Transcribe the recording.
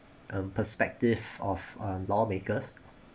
um perspective of a lawmakers